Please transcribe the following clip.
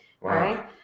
right